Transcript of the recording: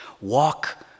walk